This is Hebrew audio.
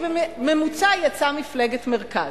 ובממוצע יצא מפלגת מרכז.